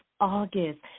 August